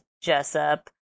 Jessup